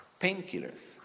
Painkillers